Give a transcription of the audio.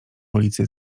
ulicy